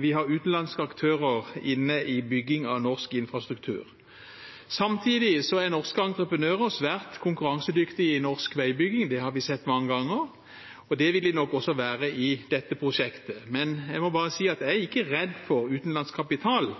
vi har utenlandske aktører inne i bygging av norsk infrastruktur. Samtidig er norske entreprenører svært konkurransedyktige i norsk veibygging – det har vi sett mange ganger. Det vil de nok også være i dette prosjektet. Men jeg må bare si at jeg er ikke redd for utenlandsk kapital,